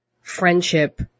friendship